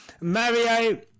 mario